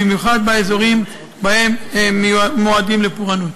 במיוחד באזורים מועדים לפורענות.